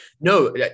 No